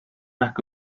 lack